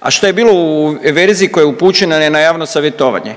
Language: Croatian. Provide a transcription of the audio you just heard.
a što je bilo u verziji koja je upućena na javno savjetovanje.